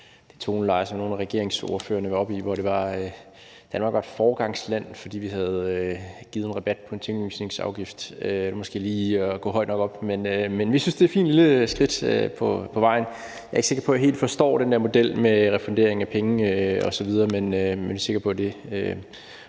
det toneleje, som nogle af regeringspartierne var oppe i, hvor det hed, at Danmark er et foregangsland, fordi vi har givet rabat på tinglysningsafgiften. Det er måske lige at gå højt nok op. Men vi synes, det er et fint lille skridt på vejen. Jeg er ikke sikker på, jeg helt forstår den der model med refusion af penge osv., men jeg er sikker på, at det har